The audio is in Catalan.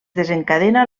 desencadena